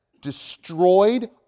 destroyed